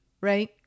right